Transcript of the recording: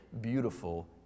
beautiful